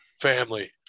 Family